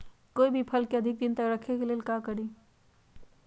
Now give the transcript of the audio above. कोई भी फल के अधिक दिन तक रखे के लेल का करी?